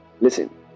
Listen